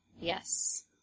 Yes